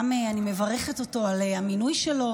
אני גם מברכת אותו על המינוי שלו